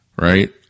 Right